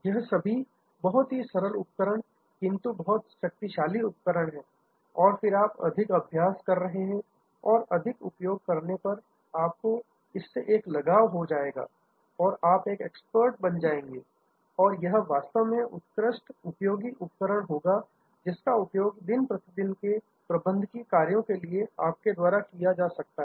यह सभी बहुत ही सरल उपकरण किंतु बहुत शक्तिशाली उपकरण है और फिर आप अधिक अभ्यास कर रहे हैं और अधिक उपयोग करने पर आपको इससे एक लगाव हो जाएगा और आप एक एक्सपर्ट बन जाएंगे और यह वास्तव में एक उत्कृष्ट उपयोगी उपकरण होगा जिसका उपयोग दिन प्रतिदिन के प्रबंधकीय कार्यों के लिए आपके द्वारा किया जा सकता है